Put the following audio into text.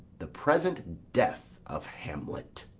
the present death of hamlet.